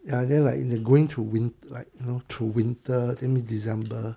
ya then like they going to win~ like you know through winter in mid december